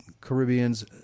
Caribbean's